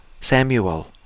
Samuel